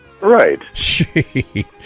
Right